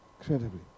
incredibly